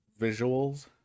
visuals